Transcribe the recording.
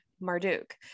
Marduk